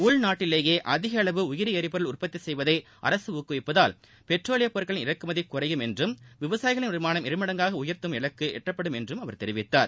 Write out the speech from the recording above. உள்நாட்டிலேயே அதிகளவு உயிரி ளரிபொருள் உற்பத்தி செய்வதை அரசு ஊக்குவிப்பதால் பெட்ரோலியப் பொருட்களின் இறக்குமதி குறையும் என்றும் விவசாயிகளின் வருமானம் இருமடங்காக உயர்த்தும் இலக்கு எட்டப்படும் என்றும் அவர் தெரிவித்தார்